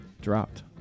dropped